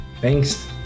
Thanks